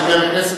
חבר הכנסת